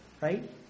right